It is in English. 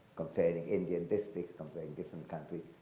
comparing indian districts, comparing different countries.